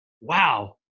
wow